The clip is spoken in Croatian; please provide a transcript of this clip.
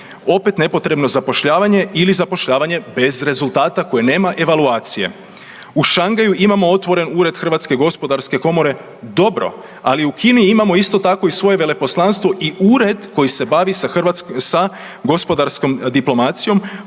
opet nepotrebno zapošljavanje ili zapošljavanje bez rezultata koje nema evaluacije. U Šangaju imamo otvoren Ured HGH, dobro, ali u Kini imamo isto tako i svoje veleposlanstvo i ured koji se bavi sa gospodarskom diplomacijom